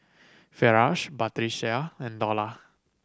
Firash Batrisya and Dollah